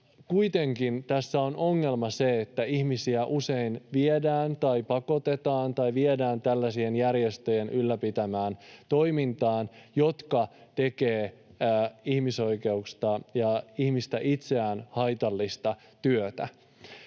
Kuitenkin tässä on ongelma se, että ihmisiä usein pakotetaan tai viedään tällaisten järjestöjen ylläpitämään toimintaan, jotka tekevät ihmisoikeuksille ja ihmiselle itselleen haitallista työtä.